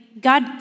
God